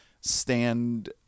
stand